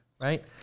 right